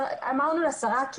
אמרנו לשרה.